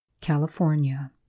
California